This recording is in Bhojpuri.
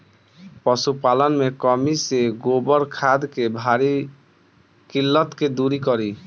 पशुपालन मे कमी से गोबर खाद के भारी किल्लत के दुरी करी?